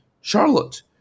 Charlotte